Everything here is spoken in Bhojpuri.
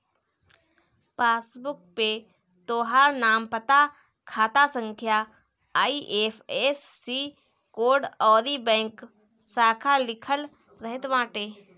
पासबुक पे तोहार नाम, पता, खाता संख्या, आई.एफ.एस.सी कोड अउरी बैंक शाखा लिखल रहत बाटे